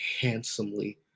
handsomely